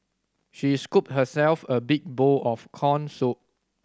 she scooped herself a big bowl of corn soup